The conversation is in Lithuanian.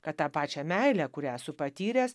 kad tą pačią meilę kurią esu patyręs